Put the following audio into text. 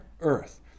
earth